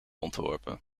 ontworpen